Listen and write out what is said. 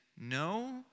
no